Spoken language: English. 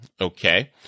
Okay